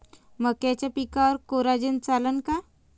मक्याच्या पिकावर कोराजेन चालन का?